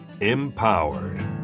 empowered